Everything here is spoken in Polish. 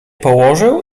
położył